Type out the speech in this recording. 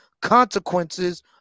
consequences